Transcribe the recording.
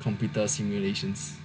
computer simulations